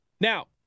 Now